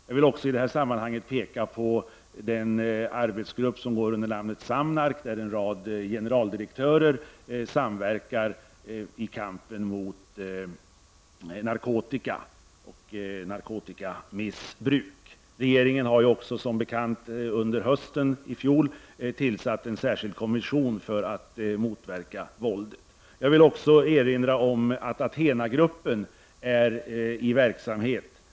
Jag vill i detta sammanhang också peka på den arbetsgrupp som går under namnet Samnark, där en rad generaldirektörer samverkar i kampen mot narkotika och narkotikamissbruk. Regeringen har som bekant också under hösten i fjol tillsatt en särskild kommission med uppgift att motverka våldet. Jag vill också erinra om att Athena-gruppen är i verksamhet.